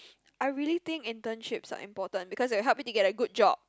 I really think internships are important because they help you to get a good job